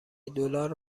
دلار